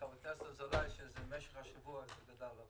חבר הכנסת אזולאי, שבמשך השבוע זה גדל.